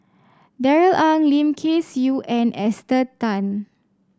Darrell Ang Lim Kay Siu and Esther Tan